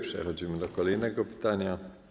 Przechodzimy do kolejnego pytania.